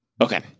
Okay